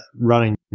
running